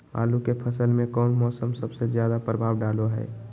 आलू के फसल में कौन मौसम सबसे ज्यादा प्रभाव डालो हय?